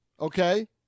okay